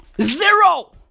Zero